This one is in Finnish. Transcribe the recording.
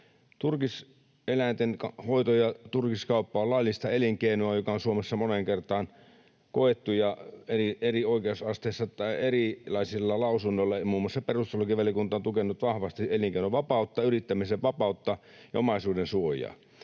Turkiseläinten hoito ja turkiskauppa ovat laillista elinkeinoa, mikä on Suomessa moneen kertaan koeteltu eri oikeusasteissa tai erilaisilla lausunnoilla, ja muun muassa perustuslakivaliokunta on tukenut vahvasti elinkeinonvapautta, yrittämisen vapautta ja omaisuudensuojaa.